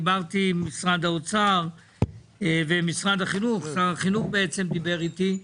דיברתי עם משרד האוצר ושר החינוך דיבר איתי.